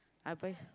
I buy